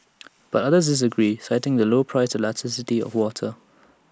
but others disagree citing the low price elasticity of water